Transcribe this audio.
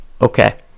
Okay